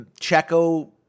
Checo